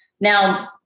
Now